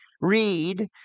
read